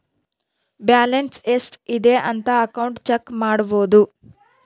balance ಎಷ್ಟ್ ಇದೆ ಅಂತ ಅಕೌಂಟ್ ಚೆಕ್ ಮಾಡಬೋದು